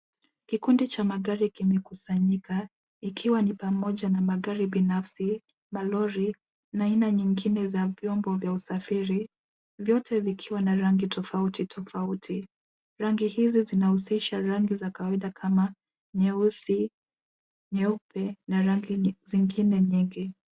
Kikundi cha magari kimekusanyika ikiwa ni pamoja na magari binafsi, malori na aina nyingine za vyombo vya usafiri. Vyote vikiwa na rangi tofauti tofauti. Rangi hizi zinahusisha rangi za kawaida kama nyeusi, nyeupe na rangi zingine nyingi.